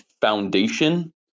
foundation